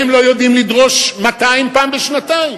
הם לא יודעים לדרוש 200 פעם בשנתיים?